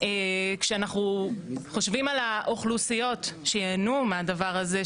כשאנחנו חושבים על האוכלוסיות שייהנו מהדבר הזה,